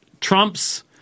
Trump's